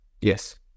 Yes